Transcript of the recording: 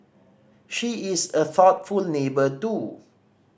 she is a thoughtful neighbour do